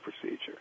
procedure